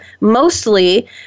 mostly